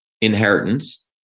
inheritance